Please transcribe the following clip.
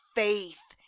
faith